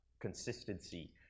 consistency